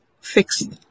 fixed